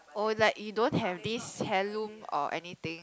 oh like you don't have this heirloom or anything